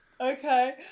Okay